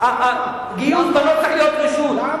למה?